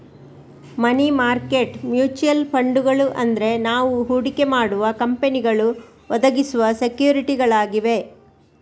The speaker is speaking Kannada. ಮನಿ ಮಾರ್ಕೆಟ್ ಮ್ಯೂಚುಯಲ್ ಫಂಡುಗಳು ಅಂದ್ರೆ ನಾವು ಹೂಡಿಕೆ ಮಾಡುವ ಕಂಪನಿಗಳು ಒದಗಿಸುವ ಸೆಕ್ಯೂರಿಟಿಗಳಾಗಿವೆ